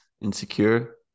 insecure